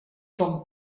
són